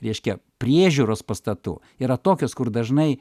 reiškia priežiūros pastatų yra tokios kur dažnai